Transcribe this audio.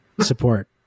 support